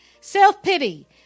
self-pity